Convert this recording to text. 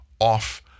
off